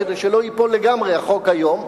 כדי שלא ייפול לגמרי החוק היום,